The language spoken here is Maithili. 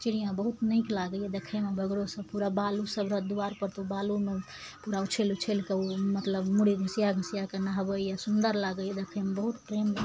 चिड़ियाँ बहुत नीक लागइए देखयमे बगरो सभ पूरा बालू सभ रहत दुआर पर तऽ ओ बालूमे पूरा उछलि उछलिके ओ मतलब मूरी घुसिया घुसियाके नहबइए सुन्दर लागइए देखयमे बहुत प्रेम